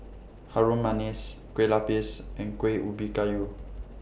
Harum Manis Kueh Lapis and Kuih Ubi Kayu